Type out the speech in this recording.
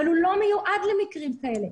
הוא לא מיועד למקרים כאלה.